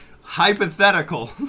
Hypothetical